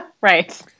right